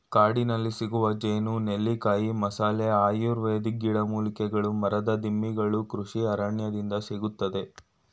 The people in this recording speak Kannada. ಕಾಡಿನಲ್ಲಿಸಿಗುವ ಜೇನು, ನೆಲ್ಲಿಕಾಯಿ, ಮಸಾಲೆ, ಆಯುರ್ವೇದಿಕ್ ಗಿಡಮೂಲಿಕೆಗಳು ಮರದ ದಿಮ್ಮಿಗಳು ಕೃಷಿ ಅರಣ್ಯದಿಂದ ಸಿಗುತ್ತದೆ